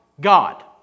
God